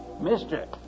Mister